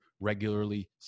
regularly